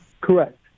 Correct